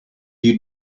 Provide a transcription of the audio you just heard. you